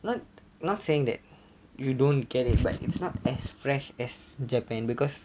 not not saying that you don't get it but it's not as fresh as japan because